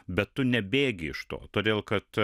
bet tu nebėgi iš to todėl kad